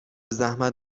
زحمت